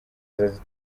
azaze